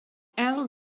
elle